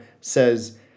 says